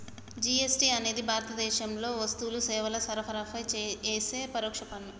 GST అనేది భారతదేశంలో వస్తువులు, సేవల సరఫరాపై యేసే పరోక్ష పన్ను